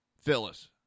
Phyllis